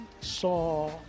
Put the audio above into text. saw